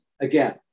again